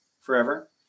forever